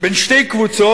בין שתי קבוצות,